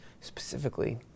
specifically